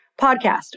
podcast